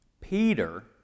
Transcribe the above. Peter